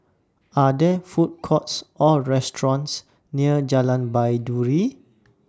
Are There Food Courts Or restaurants near Jalan Baiduri